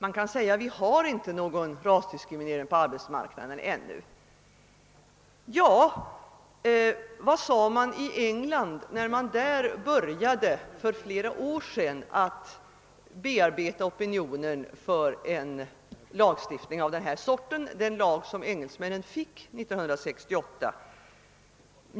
Man kan invända: Vi har inte någon rasdiskriminering på arbetsmarknaden ännu. Ja, vad sade man i England när man där för flera år sedan började att bearbeta opinionen för en lagstiftning av denna sort, den lag som engelsmännen fick 1968?